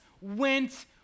went